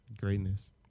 greatness